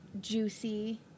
juicy